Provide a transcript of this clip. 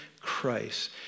Christ